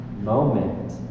moment